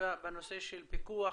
בנושא של פיקוח